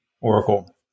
Oracle